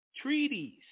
treaties